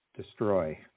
destroy